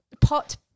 Pot